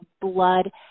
blood